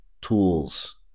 tools